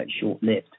short-lived